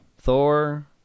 Thor